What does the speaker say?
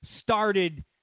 started